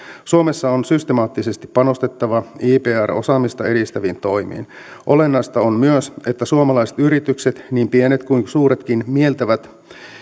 suomessa on systemaattisesti panostettava ipr osaamista edistäviin toimiin olennaista on myös että suomalaiset yritykset niin pienet kuin suuretkin mieltävät